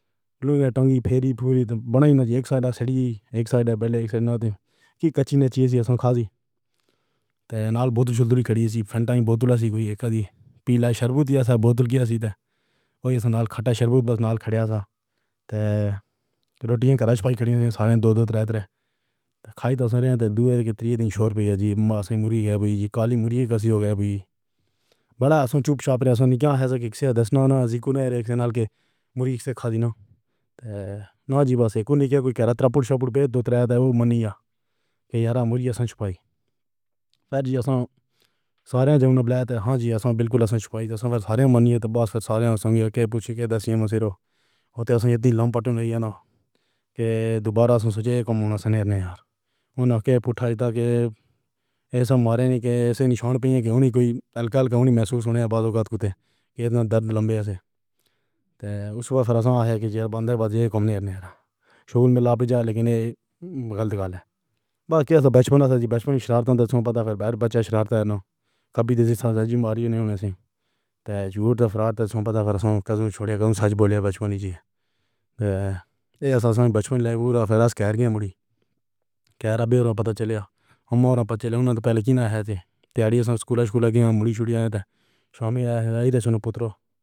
پہلو کا ڈھنگ ہی پھیری پھُری تو بنائی نہ جی۔ ایک سائیڈ سے دی ایک سائیڈ پے لے ایک سائن اپ دی کی کچّی نے چیز سی کھا لی۔ تے نال بوتل چھولتی کھڑی تھی فرنٹ بوتل سے کوئی ایک دن پیلا شہبوود سا بوتل کی سیٹ۔ او اس نال کھٹّا شہبوود بس نال کھڑا تھا۔ روٹیاں کراچی میں ہی سارے دو دھوترے تے کھائی رہے تھے۔ دودھ کے تین شور بجے معصوم مرغی کالی مرغی کا سی ہو گیا بھائی۔ بڑا چُپ چاپ رہے تھے کہ ایسا کسی نے سُنا نا ذکر نہ کیا۔ مرغی سے کھادی نہیں۔ نازک بس ایک نے کہا کوئی کر تریپور شگن دے تا۔ اے دیو منیا یارا مرغی سے چھپائی۔ پر جیسا سارے جبّے تھے۔ ہاں جی، ایسا بالکل ایسا چھپائے تو سارے مانیے تو بس سارے سنگے کے پُچھیے دس گیم سے زیادہ۔ اُتّے سے اِدھ لَمبا وقت ہے نا کہ دوبارہ سوچیے۔ کمانا سے نہیں ہاروں گا۔ کے پُچھا جاتا ہے؟ ایسا مانے نہیں کہ ایسے نشان پینے کی آواز کو کہتے ہیں کہ اِتنا درد لمبے سے اُس وقت ہاسے کی جیل بند ہے۔ بجے کم نہیں ہر رہا۔ شول میں لاپتا لیکن غلط گالی کے بچپن میں سے بچپنی شرارتوں کا پتا پھر بچہ شرارتا نا کبھی تو ساجد ماریو نے اُنہیں سے تو جُوتے فرار ہو پتا کرو کسی کو بھی بولیاں بچپن ہی ہے یہ سب بچوں کے لیے اور پھر گھر کی مُڑی۔ کر بیورا پتا چلا ہمارا پہلے اُنہیں تو پہلے ہی نا ہے تو پیاری سکولین سکولوں کی مُرید چھوڑی تو سوامی پُتر۔